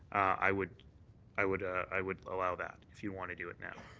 i would i would i would allow that if you want to do it now.